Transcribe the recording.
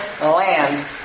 land